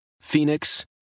Phoenix